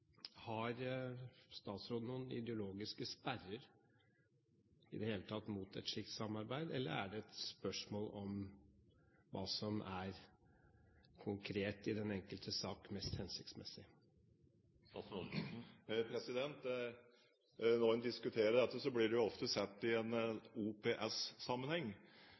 Har statsråden i det hele tatt noen ideologiske sperrer mot et slikt samarbeid, eller er det et spørsmål om hva som konkret er mest hensiktsmessig i den enkelte sak? Når man diskuterer dette, blir det ofte satt i en